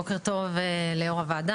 בוקר טוב ליו"ר הועדה,